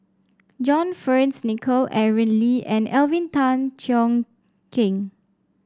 John Fearns Nicoll Aaron Lee and Alvin Tan Cheong Kheng